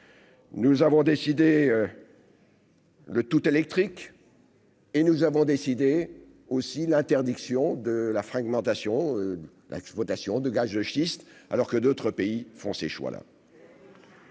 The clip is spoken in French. nous avons décidé. Le tout électrique. Et nous avons décidé aussi l'interdiction de la fragmentation, l'axe de gaz de schiste, alors que d'autres pays font ces choix-là.